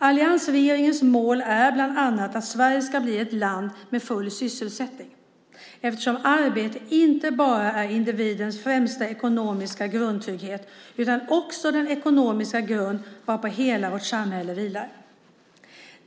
Alliansregeringens mål är bland annat att Sverige ska bli ett land med full sysselsättning eftersom arbete inte bara är individens främsta ekonomiska grundtrygghet utan också den ekonomiska grund varpå hela vårt samhälle vilar.